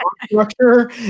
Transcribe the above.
structure